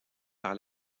par